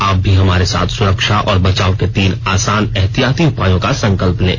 आप भी हमारे साथ सुरक्षा और बचाव के तीन आसान एहतियाती उपायों का संकल्प लें